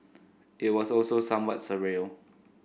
it was also somewhat surreal